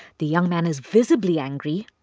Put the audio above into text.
the young man is visibly angry.